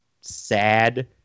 sad